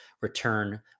return